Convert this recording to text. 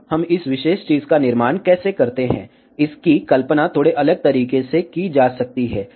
अब हम इस विशेष चीज़ का निर्माण कैसे करते हैं इसकी कल्पना थोड़े अलग तरीके से की जा सकती है